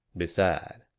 beside,